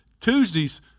Tuesdays